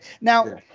Now